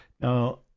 Now